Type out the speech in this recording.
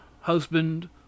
husband